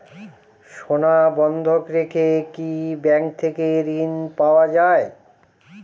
সোনা বন্ধক রেখে কি ব্যাংক থেকে ঋণ পাওয়া য়ায়?